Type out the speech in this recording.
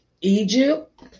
Egypt